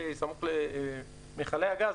סמוך למכלי הגז,